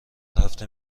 هفته